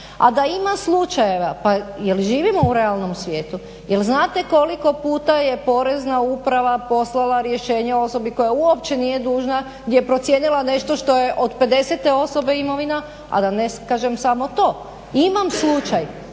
A da ima slučajeva, pa jel živimo u realnom svijetu, jel znate koliko puta je porezna uprava poslala rješenje osobi koja uopće nije dužna, gdje je procijenila nešto što je od pedesete osobe imovina, a da ne kažem samo to. Imam slučaj